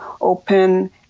open